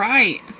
Right